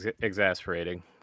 exasperating